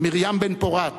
מרים בן-פורת